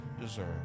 deserve